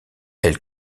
elle